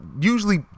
usually